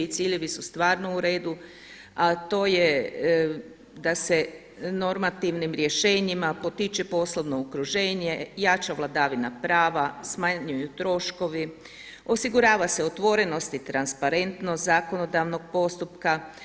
Ciljevi su stvarno u redu, a to je da se normativnim rješenjima potiče poslovno okruženje, jača vladavina prava, smanjuju troškovi, osigurava se otvorenost i transparentnost zakonodavnog postupka.